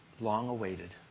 long-awaited